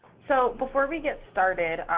so before we get started,